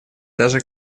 даже